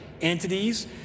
Entities